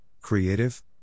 creative